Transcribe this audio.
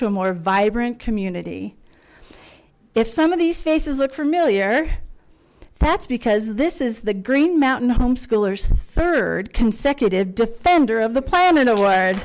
a more vibrant community if some of these faces look familiar that's because this is the green mountain home schoolers third consecutive defender of the planet o